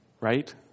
right